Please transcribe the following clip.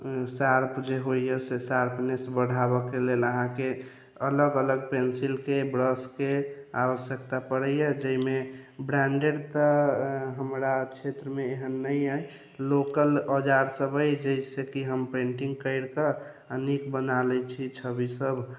Sharpe जे होइया से शार्पनेस बढ़ाबऽ के लेल अहाँके अलग अलग पेंसिल के ब्रश के आवश्यकता पड़ैया जाहिमे ब्रांडेड तऽ हमरा क्षेत्र मे एहेन नहि अछि लोकल औजार सब अछि जइ से कि पेन्टिंग कैर कऽ आ नीक बना लै छी छवि सब